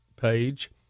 page